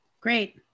Great